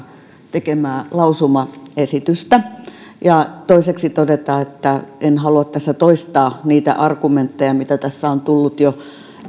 tekemää lausumaesitystä ja toiseksi todeta että en halua tässä toistaa niitä argumentteja mitä tässä on tullut jo